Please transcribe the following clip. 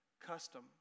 custom